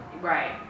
Right